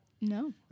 No